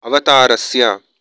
अवतारस्य